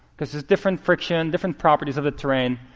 because there's different friction, different properties of the terrain.